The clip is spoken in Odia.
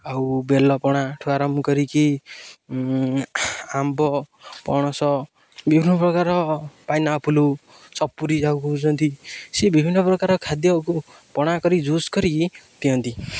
ଆଉ ବେଲପଣାଠୁ ଆରମ୍ଭ କରିକି ଆମ୍ବ ପଣସ ବିଭିନ୍ନ ପ୍ରକାର ପାଇନାଆପୁଲ୍ ସପୁରି ଯାହା ହେଉଛନ୍ତି ସେ ବିଭିନ୍ନ ପ୍ରକାର ଖାଦ୍ୟକୁ ପଣା କରି ଜୁସ୍ କରିକି ଦିଅନ୍ତି